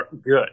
good